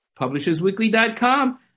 publishersweekly.com